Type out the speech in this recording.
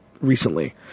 recently